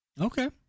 Okay